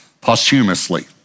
posthumously